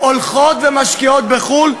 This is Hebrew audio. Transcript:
הולכים ומשקיעים בחו"ל,